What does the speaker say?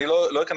אני לא אכנס